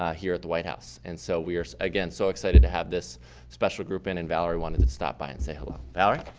ah here at the white house and so we are, again, so excited to have this special group in and valerie wanted to stop in and say hello. valerie.